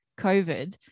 COVID